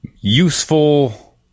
useful